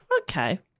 Okay